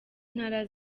ntara